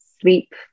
sleep